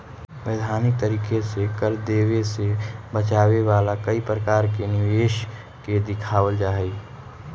वैधानिक तरीके से कर देवे से बचावे वाला कई प्रकार के निवेश के दिखावल जा हई